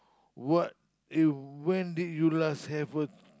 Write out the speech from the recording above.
what when did you last have a